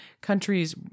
countries